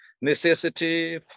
necessity